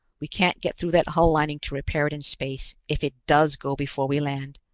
we can't get through that hull lining to repair it in space, if it does go before we land.